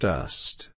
Dust